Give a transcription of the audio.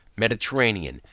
mediterranean,